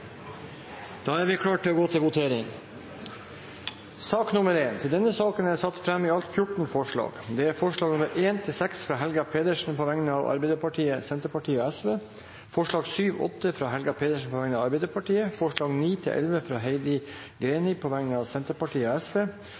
Da er Stortinget klar til å gå til votering. Under debatten er det satt fram i alt 14 forslag. Det er forslagene nr. 1–6, fra Helga Pedersen på vegne av Arbeiderpartiet, Senterpartiet og Sosialistisk Venstreparti forslagene nr. 7 og 8, fra Helga Pedersen på vegne av Arbeiderpartiet forslagene nr. 9–11, fra Heidi Greni på vegne av Senterpartiet og